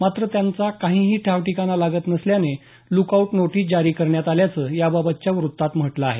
मात्र त्यांचा काहीही ठावठिकाणा लागत नसल्याने लूकआऊट नोटीस जारी करण्यात आल्याचं याबाबतच्या वृत्तात म्हटलं आहे